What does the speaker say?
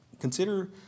consider